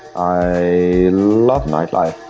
i love nightlife.